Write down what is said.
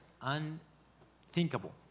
unthinkable